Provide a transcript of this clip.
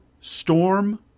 storm